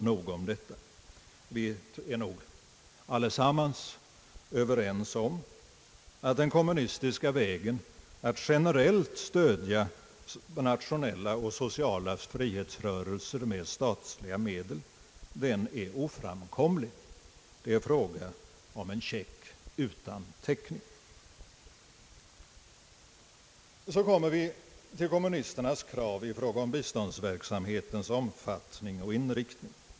Nog om detta, vi är väl allesammans överens om att den kommunistiska vägen att generellt stödja nationella och sociala frihetsrörelser med statliga medel är oframkomlig. Det är fråga om en check utan täckning. Vi kommer sedan till kommunisternas krav vad gäller biståndsverksamhetens omfattning och inriktning.